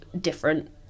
different